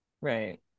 Right